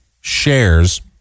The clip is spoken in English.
shares